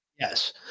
Yes